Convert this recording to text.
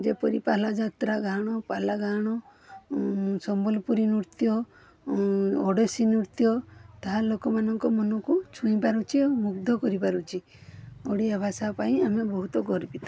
ଯେପରି ପାଲା ଯାତ୍ରା ଗାହାଣ ପାଲା ଗାହାଣ ସମ୍ବଲପୁରୀ ନୃତ୍ୟ ଓଡ଼ଶୀ ନୃତ୍ୟ ତାହା ଲୋକମାନଙ୍କ ମନକୁ ଛୁଇଁ ପାରୁଛି ଓ ମୁଗ୍ଧ କରିପାରୁଛି ଓଡ଼ିଆ ଭାଷା ପାଇଁ ଆମେ ବହୁତ ଗର୍ବିତ